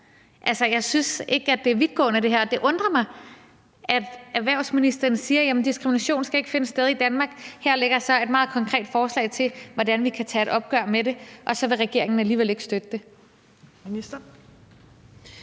jeg synes ikke, at det her er vidtgående, og det undrer mig, at erhvervsministeren siger, at diskrimination ikke skal finde sted i Danmark, og der her ligger et meget konkret forslag til, hvordan vi kan tage et opgør med det, men at regeringen så alligevel ikke vil støtte det. Kl.